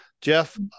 Jeff